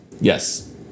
Yes